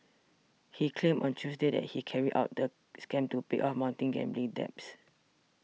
he claimed on Tuesday that he carried out the scam to pay off mounting gambling debts